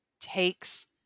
takes